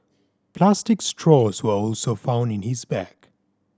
plastic straws were also found in his bag